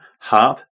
harp